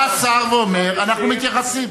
בא שר ואומר, אנחנו מתייחסים.